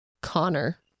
Connor